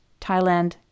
Thailand